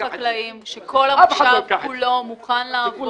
אף אחד לא ייקח את זה.